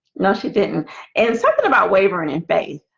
know she didn't and something about wavering in faith.